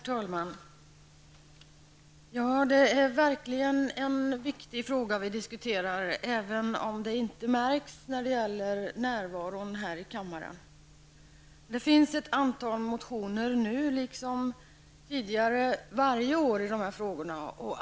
Herr talman! Det är verkligen en viktig fråga som vi nu diskuterar, även om det inte märks när det gäller närvaron här i kammaren. I år liksom varje år har det väckts ett antal motioner om dessa frågor.